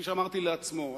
כפי שאמרתי, לעצמו.